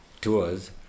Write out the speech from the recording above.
tours